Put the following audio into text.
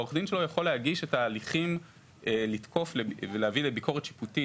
והעו"ד שלו יכול להגיש את ההליכים לתקוף ולהביא לביקורת שיפוטית